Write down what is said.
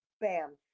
bam